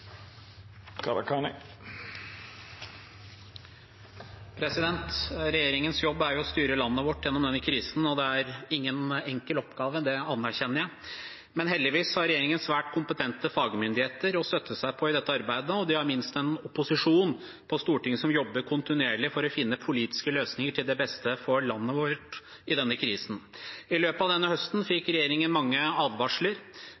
vert replikkordskifte. Regjeringens jobb er jo å styre landet vårt gjennom denne krisen, og det er ingen enkel oppgave, det anerkjenner jeg, men heldigvis har regjeringen svært kompetente fagmyndigheter å støtte seg på i dette arbeidet, og de har ikke minst en opposisjon på Stortinget som jobber kontinuerlig for å finne politiske løsninger til det beste for landet vårt i denne krisen. I løpet av denne høsten